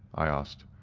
i asked.